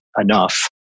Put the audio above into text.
enough